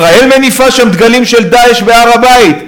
ישראל מניפה שם דגלים של "דאעש" בהר-הבית?